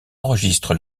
enregistre